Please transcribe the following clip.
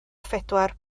phedwar